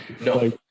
no